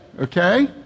Okay